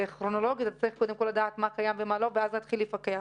קודם הוא צריך לדעת מה קיים ומה לא ואז להתחיל לפקח.